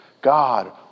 God